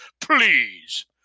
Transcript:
please